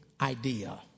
idea